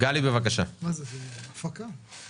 והיינו שמחות לראות זאת כדי לדעת לאן פנינו.